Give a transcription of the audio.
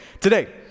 today